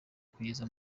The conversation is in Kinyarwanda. kugeza